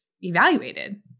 evaluated